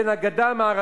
אם היה לו איזה נבוט